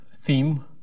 theme